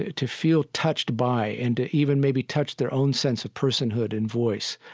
to feel touched by, and to even maybe touch their own sense of personhood and voice.